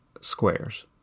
squares